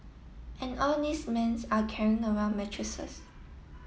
and all these men's are carrying around mattresses